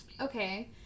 Okay